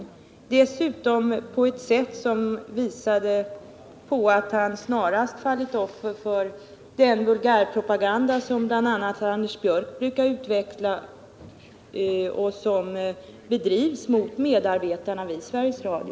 Dessutom framfördes kritiken på ett sätt som visade att utbildningsministern snarast fallit offer för den vulgärpropaganda som bl.a. herr Anders Björck brukar utveckla och som bedrivs mot medarbetarna vid Sveriges Radio.